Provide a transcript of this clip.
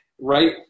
right